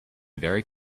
very